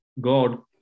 God